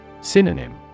Synonym